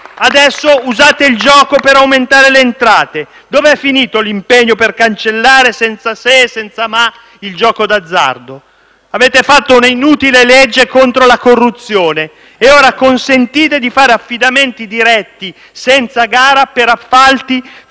Adesso usate il gioco per aumentare le entrate. Dov'è finito l'impegno per cancellare, senza se e senza ma, il gioco d'azzardo? *(Applausi dal Gruppo PD)*. Avete fatto un'inutile legge contro la corruzione e ora consentite di fare affidamenti diretti senza gara per appalti fino